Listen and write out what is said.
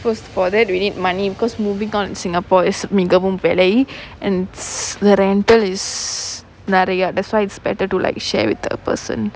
first for that we need money because moving out in singapore is மிகவும் வேலை:migavum velai and the rental is நிறைய:niraiya that's why it's like better to like share with the person